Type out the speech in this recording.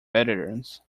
veterans